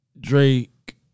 Drake